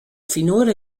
finora